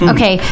Okay